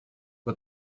but